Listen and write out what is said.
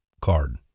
card